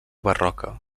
barroca